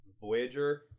Voyager